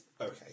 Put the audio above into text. okay